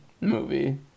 movie